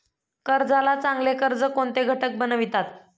कर्जाला चांगले कर्ज कोणते घटक बनवितात?